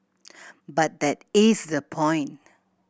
but that is the point